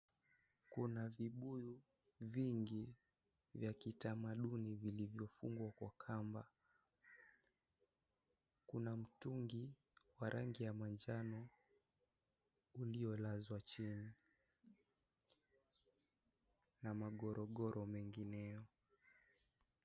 Kuna vibuyu vingi vya kitamaduni vilivyofungwa kwa kamba, kuna mtungi wa rangi ya manjano uliolazwa chini na magorogoro mengineo.